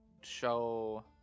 show